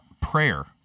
prayer